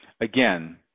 again